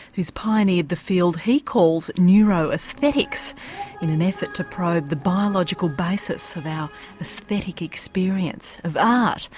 who's pioneered the field he calls neuroesthetics in an effort to probe the biological basis of our aesthetic experience of art,